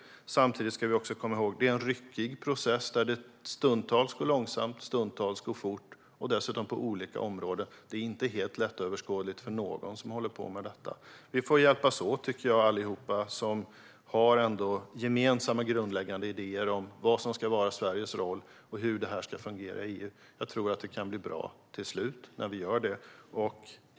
Samtidigt ska vi komma ihåg att det är en ryckig process där det stundtals går långsamt och stundtals fort, och dessutom på olika områden. Det är inte helt lättöverskådligt för någon. Vi får alla hjälpas åt. Vi har ändå gemensamma grundläggande idéer om vad som ska vara Sveriges roll och hur det hela ska fungera i EU. Jag tror att det kan bli bra till slut när vi gör det.